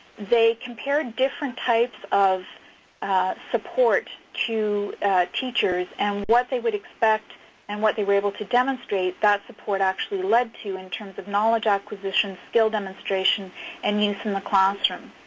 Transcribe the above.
they compared different types of support to teachers and what they would expect and what they were able to demonstrate that support actually led to in terms of knowledge acquisition, skill demonstration and use in the classroom.